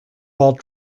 while